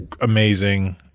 amazing